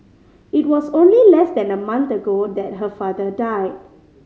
it was only less than a month ago that her father died